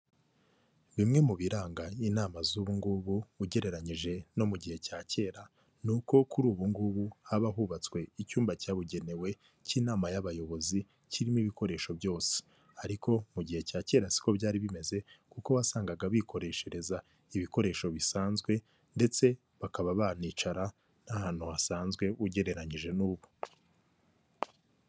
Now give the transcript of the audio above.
Bimwe mu biranga inama z'ungubu ugereranyije no mu gihe cya kera ni uko kuri ubu ngubu haba hubatswe icyumba cyabugenewe cy'inama y'abayobozi kirimo ibikoresho byose, ariko mu gihe cya kera siko byari bimeze kuko wasangaga bikoreshereza ibikoresho bisanzwe ndetse bakaba banicara n'ahantu hasanzwe ugereranyije n'ubu.